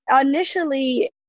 initially